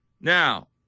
Now